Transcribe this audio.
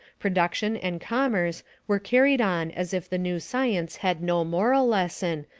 production and commerce were carried on as if the new science had no moral lesson,